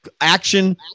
action